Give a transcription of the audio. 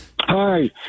Hi